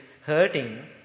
hurting